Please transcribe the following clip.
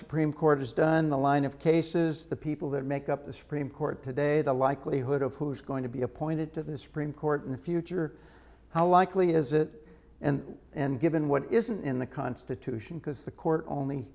supreme court has done the line of cases the people that make up the supreme court today the likelihood of who's going to be appointed to the supreme court in the future how likely is it and and given what isn't in the constitution because the court only